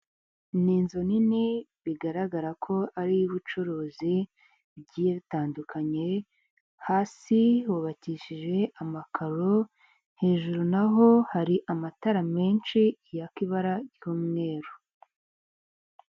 Ni inzu nini bigaragara ko ari iy'ubucuruzi bigiye bitandukanye; hasi hubakishije amakaro hejuru naho hari amatara menshi yaka ibara ry'umweru.